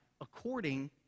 according